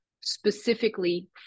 specifically